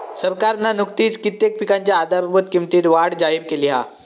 सरकारना नुकतीच कित्येक पिकांच्या आधारभूत किंमतीत वाढ जाहिर केली हा